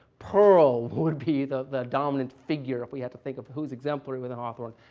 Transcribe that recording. pearl would be the the dominant figure if we had to think of who's exemplary with hawthorne,